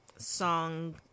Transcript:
song